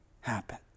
happen